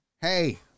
Hey